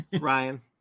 Ryan